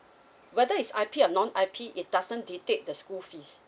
whether is I_P or non I_P it doesn't deter the school fees